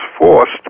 forced